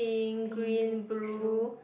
pink green blue